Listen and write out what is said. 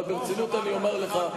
אבל ברצינות אני אומר לך,